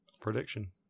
prediction